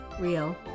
real